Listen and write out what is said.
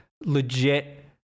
legit